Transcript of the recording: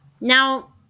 Now